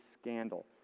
scandal